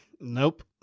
Nope